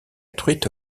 truite